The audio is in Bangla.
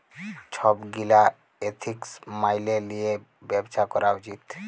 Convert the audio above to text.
ছব গীলা এথিক্স ম্যাইলে লিঁয়ে ব্যবছা ক্যরা উচিত